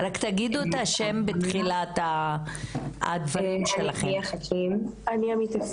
התחלנו את פרויקט "מאמינות